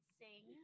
sing